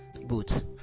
Boots